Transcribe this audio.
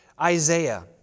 Isaiah